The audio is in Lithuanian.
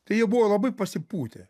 tai jie buvo labai pasipūtę